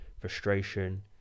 frustration